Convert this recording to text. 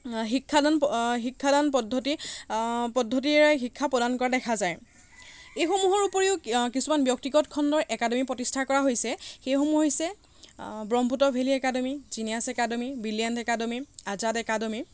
শিক্ষা দান শিক্ষা দান পদ্ধতি পদ্ধতিৰে শিক্ষা প্ৰদান কৰা দেখা যায় এইসমূহৰ উপৰিও কিছুমান ব্যক্তিগত খণ্ডৰ একাডেমি প্ৰতিষ্ঠা কৰা হৈছে সেইসমূহ হৈছে Brahmaputra valley academy genius academy brilliant academy Azad academy